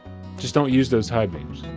just don't use those high beams.